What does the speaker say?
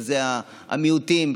שאלה המיעוטים,